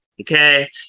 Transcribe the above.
okay